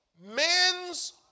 Men's